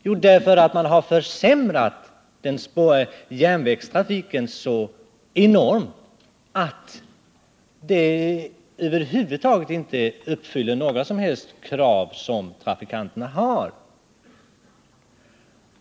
Jo, därför att man har försämrat järnvägstrafiken så enormt att den över huvud taget inte uppfyller något av de krav som trafikanterna har.